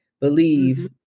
believe